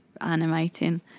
animating